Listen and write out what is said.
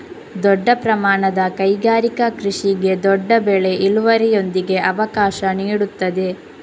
ದೊಡ್ಡ ಪ್ರಮಾಣದ ಕೈಗಾರಿಕಾ ಕೃಷಿಗೆ ದೊಡ್ಡ ಬೆಳೆ ಇಳುವರಿಯೊಂದಿಗೆ ಅವಕಾಶ ನೀಡುತ್ತದೆ